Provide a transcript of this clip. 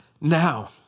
now